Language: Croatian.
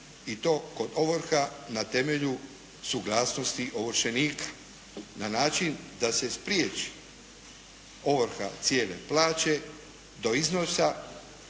I to kod ovrha na temelju suglasnosti ovršenika na način da se spriječi ovrha cijele plaće do iznosa